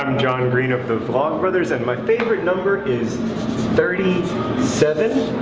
john green of the vlogbrothers, and my favorite number is thirty seven,